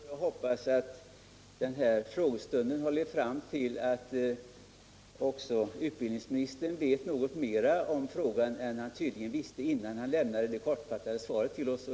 Herr talman! Jag får nu tacka för svaret. Jag hoppas att den här frågestunden har lett fram till att också utbildningsministern vet något mer i ärendet än han tydligen visste innan han lämnade det kortfattade svaret till oss.